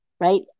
right